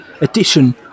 edition